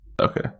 Okay